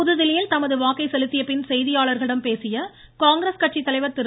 புதுதில்லியில் தமது வாக்கை செலுத்திய பின் செய்தியாளர்களிடம் பேசிய காங்கிரஸ் கட்சித்தலைவர் திரு